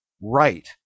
right